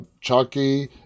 Chucky